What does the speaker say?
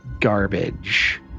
Garbage